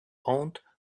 owned